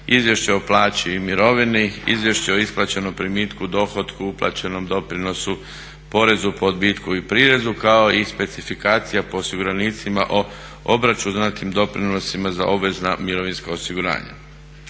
izvješće o plaći i mirovini, izvješće o isplaćenom primitku, dohotku uplaćenom doprinosu, porezu po odbitku i prirezu kao i specifikacija po osiguranicima o obračunatim doprinosima za obvezna mirovinska osiguranja.